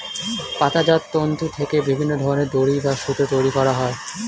পাতাজাত তন্তু থেকে বিভিন্ন ধরনের দড়ি বা সুতো তৈরি করা হয়